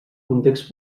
context